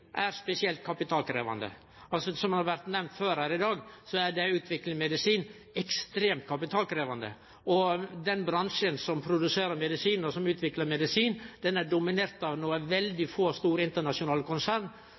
er spesielt kapitalkrevjande. Som det har vore nemnt før her i dag, er det å utvikle medisin ekstremt kapitalkrevjande. Den bransjen som produserer medisin, og som utviklar medisin, er dominert av